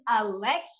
election